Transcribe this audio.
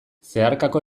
zeharkako